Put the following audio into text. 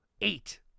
eight